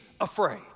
afraid